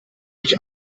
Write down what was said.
dich